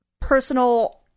personal